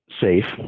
safe